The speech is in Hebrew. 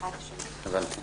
הבנתי.